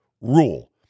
rule